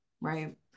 Right